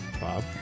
Bob